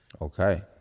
Okay